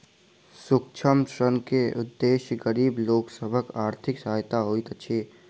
सूक्ष्म ऋण के उदेश्य गरीब लोक सभक आर्थिक सहायता होइत अछि